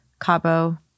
Cabo